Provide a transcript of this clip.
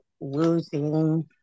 losing